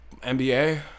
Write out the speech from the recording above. NBA